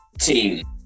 team